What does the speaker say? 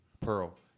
Pearl